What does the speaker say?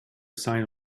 sign